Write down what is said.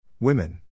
Women